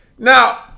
Now